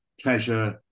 pleasure